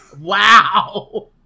Wow